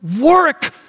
work